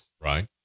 Right